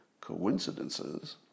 coincidences